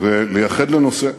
ולייחד לנושא,